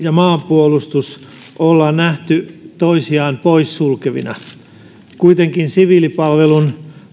ja maanpuolustus ollaan nähty toisiaan poissulkevina kuitenkin siviilipalvelun